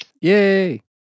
yay